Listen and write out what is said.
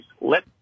Let